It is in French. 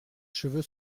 cheveux